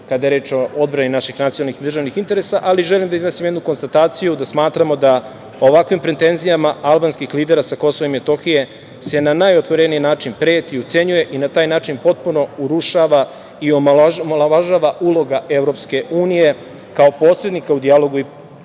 kada je reč o odbrani našeg nacionalnih i državnih interesa, ali želim da iznesem jednu konstataciju da smatramo da ovakvim pretenzijama albanskih lidera sa KiM se na najotvoreniji način preti, ucenjuje i na taj način potpuno urušava i omalovažava uloga EU kao posrednika u dijalogu